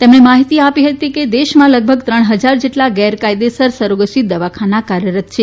તેમણે માહિતી આપી હતી કે દેશમાં લગભગ ત્રણ ફજાર જેટલા ગેરકાયદે સરોગસી દવાખાના કાર્યરત છે